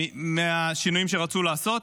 מהשינויים שרצו לעשות.